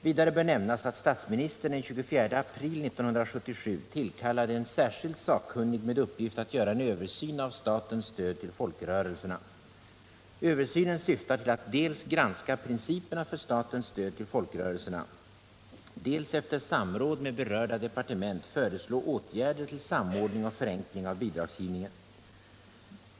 Vidare bör nämnas att statsministern den 24 april 1977 tillkallade en särskild sakkunnig med uppgift att göra en översyn av statens stöd till folkrörelserna. Översynen syftar till att dels granska principerna för statens stöd till folkrörelserna, dels efter samråd med berörda departement föreslå åtgärder till samordning och förenkling av bidragsgivningen.